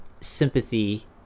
sympathy